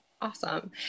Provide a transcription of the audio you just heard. Awesome